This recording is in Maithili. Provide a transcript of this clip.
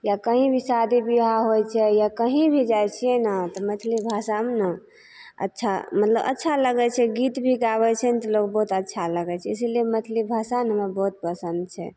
या कहीँभी शादी बिआह होइत छै या कहीँभी जाइत छियै ने तऽ मैथिली भाषामे ने अच्छा मतलब अच्छा लगैत छै गीतभी गाबैत छै ने तऽ लोग बहुत अच्छा लगैत छै इसीलिए मैथिली भाषा ने हमरा बहुत पसन्द छै